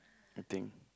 I think